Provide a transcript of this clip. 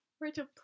Rachel